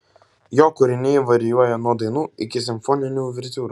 jo kūriniai varijuoja nuo dainų iki simfoninių uvertiūrų